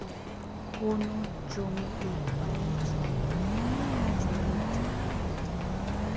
কোনো জমিতে অনেক সময় ভেড়া চড়ে জমির ক্ষতি হয়